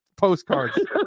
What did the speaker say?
postcards